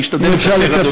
אני אשתדל לקצר,